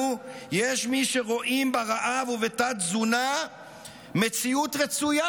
יש מי שרואים ברעב ובתת-תזונה מציאות רצויה.